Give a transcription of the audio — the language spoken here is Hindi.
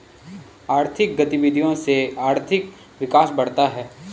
आर्थिक गतविधियों से आर्थिक विकास बढ़ता है